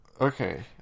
Okay